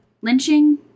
lynching